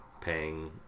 paying